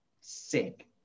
sick